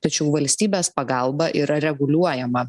tačiau valstybės pagalba yra reguliuojama